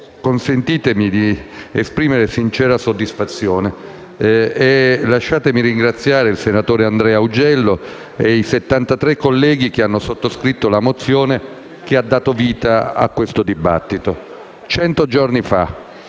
consentitemi di esprimere sincera soddisfazione e lasciatemi ringraziare il senatore Andrea Augello e i 73 colleghi che hanno sottoscritto la mozione che ha dato vita a questo dibattito. Cento giorni fa,